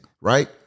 right